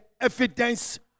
evidence